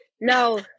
no